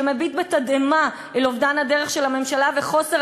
שמביט בתדהמה אל אובדן הדרך של הממשלה וחוסר